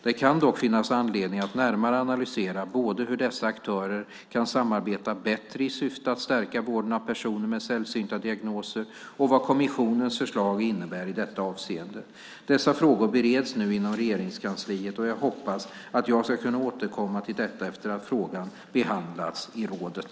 Det kan dock finnas anledning att närmare analysera både hur dessa aktörer kan samarbeta bättre i syfte att stärka vården av personer med sällsynta diagnoser och vad kommissionens förslag innebär i detta avseende. Dessa frågor bereds nu inom Regeringskansliet, och jag hoppas att jag ska kunna återkomma till detta efter att frågan behandlats av rådet.